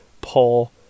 Paul